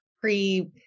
pre-